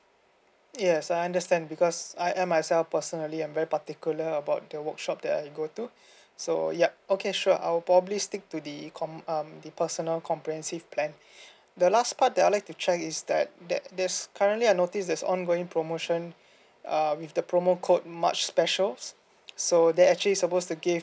yes I understand because I I myself personally I'm very particular about the workshop that I go to so yup okay sure I'll probably stick to the com um the personal comprehensive plan the last part that I'd like to check is that that there's currently I notice there's ongoing promotion uh with the promo code much specials so that actually supposed to give